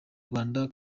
rwanda